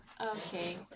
Okay